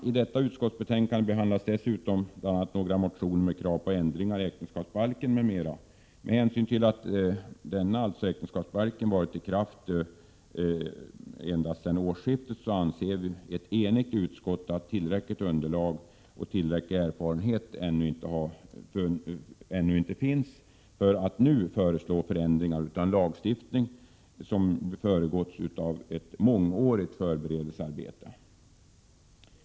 I detta utskottsbetänkande behandlas dessutom bl.a. några motioner med krav på ändringar i äktenskapsbalken m.m. Med hänsyn till att äktenskapsbalken varit i kraft endast sedan årsskiftet anser ett enigt utskott att tillräckligt underlag och tillräcklig erfarenhet ännu ej finns för förslag till ändringar av denna lagstiftning, som föregåtts av ett mångårigt förberedelsearbete.